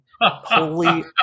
Holy